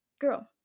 girl